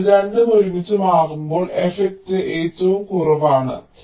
അതിനാൽ രണ്ടും ഒരുമിച്ച് മാറുമ്പോൾ എഫ്ഫക്റ്റ് ഏറ്റവും കുറവാണ്